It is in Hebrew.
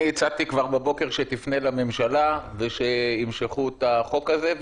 אני הצעתי כבר בבוקר שתפנה לממשלה ושימשכו את החוק הזה.